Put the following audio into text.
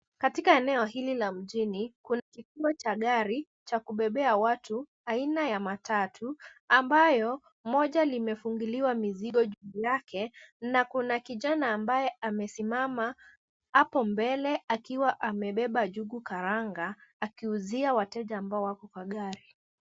Katika eneo hili la mjini kuna kituo cha gari cha kubebea watu aina ya matatu ambayo moja limefungiliwa mizigo juu yake na kuna kijana ambaye amesimama hapo mbele akiwa amebeba njugu karanga akiuzia wateja ambao wako kwa gari.